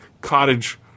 cottage